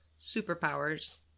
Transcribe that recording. Superpowers